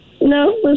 No